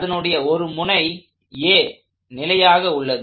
அதனுடைய ஒரு முனை A நிலையாக உள்ளது